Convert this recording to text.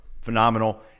phenomenal